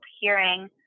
hearing